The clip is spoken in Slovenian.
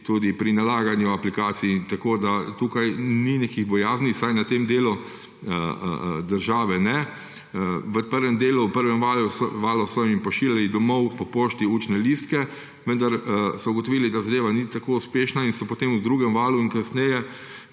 tudi pri nalaganju aplikacij, tako da tukaj ni nekih bojazni, vsaj v tem delu države ne. V prvem valu so jim po pošti pošiljali domov učne liste, vendar so ugotovili, da zadeva ni tako uspešna, in so potem v drugem valu in kasneje